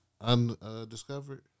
undiscovered